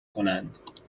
کنند